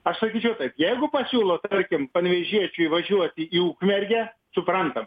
aš sakyčiau taip jeigu pasiūlo tarkim panevėžiečiui važiuoti į ukmergę suprantam